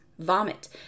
Vomit